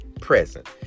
present